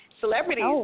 celebrities